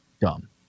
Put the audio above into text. Dumb